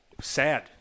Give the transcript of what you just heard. sad